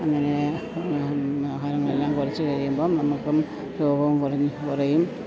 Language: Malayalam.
അങ്ങനെ ആഹാരങ്ങളെല്ലാം കുറച്ചു കഴിയുമ്പം നമുക്കും രോഗവും കുറഞ്ഞു കുറയും